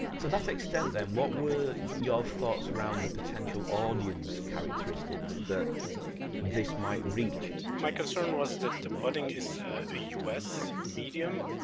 to that extent, then, what were your thoughts around the potential audience characteristics that this might reach? my concern was that the pudding is a us medium,